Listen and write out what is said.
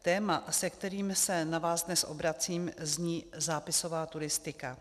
Téma, s kterým se na vás dnes obracím, zní zápisová turistika.